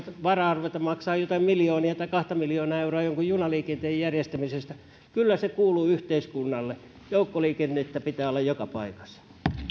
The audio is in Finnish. varaa ruveta maksamaan jotain miljoonaa tai kahta miljoonaa euroa jonkun junaliikenteen järjestämisestä kyllä se kuuluu yhteiskunnalle joukkoliikennettä pitää olla joka paikassa